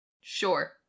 Sure